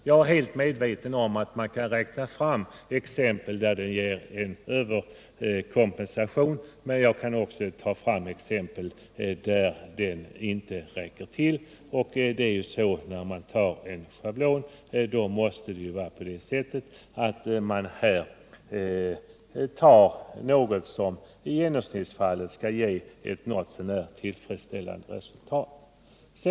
Jag är helt medveten om att man kan finna exempel, där denna regel ger en överkompensation, men jag kan också ta fram exempel där den inte räcker till. Det måste ju vara så när man tar en schablon att man väljer ett tal som i genomsnittsfallet kan ge ett något så när tillfredsställande resultat.